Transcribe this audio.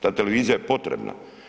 Ta televizija je potrebna.